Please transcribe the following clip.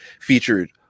featured